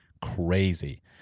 crazy